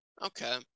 Okay